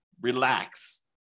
Relax